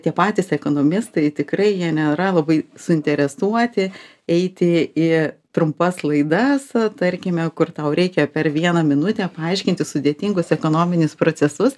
tie patys ekonomistai tikrai jie nėra labai suinteresuoti eiti į trumpas laidas tarkime kur tau reikia per vieną minutę paaiškinti sudėtingus ekonominius procesus